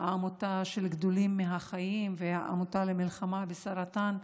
העמותה של "גדולים מהחיים" והעמותה למלחמה בסרטן,